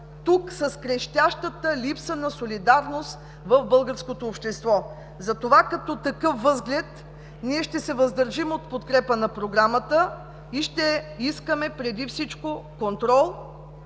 с крештящата липса на солидарност в българското общество. Като такъв възглед, ние ще се въздържим от подкрепа на Програмата и ще искаме преди всичко контрол